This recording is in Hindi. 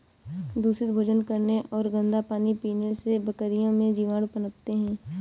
दूषित भोजन करने और गंदा पानी पीने से बकरियों में जीवाणु पनपते हैं